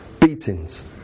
beatings